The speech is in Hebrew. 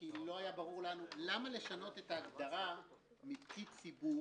כי לא היה ברור לנו למה לשנות את ההגדרה מ "עובד ציבור"